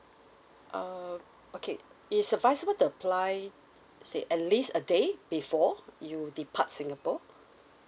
uh okay it's advisable to apply say at least a day before you depart singapore